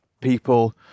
people